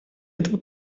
этого